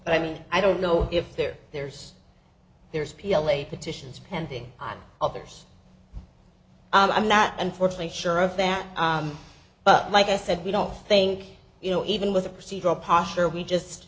basis i mean i don't know if there there's there's p l a petitions pending on others i'm not unfortunately sure of that but like i said we don't think you know even with a procedural posture we just